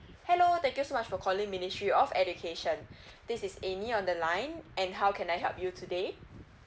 hello thank you so much for calling ministry of education this is amy on the line and how can I help you today